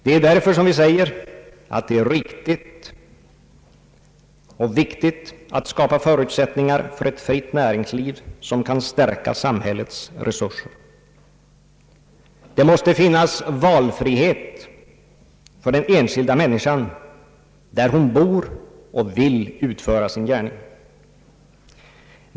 Det är därför som vi säger att det är riktigt och viktigt att skapa förutsättningar för ett fritt näringsliv som kan stärka samhällets resurser. Det måste finnas valfrihet för den enskilda människan där hon bor och vill utföra sin gärning.